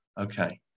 okay